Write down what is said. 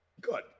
Good